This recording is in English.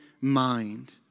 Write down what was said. mind